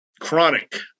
Chronic